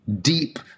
deep